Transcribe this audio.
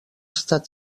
estat